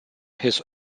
his